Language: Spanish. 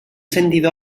sentido